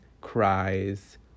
cries